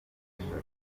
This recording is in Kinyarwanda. ndashaka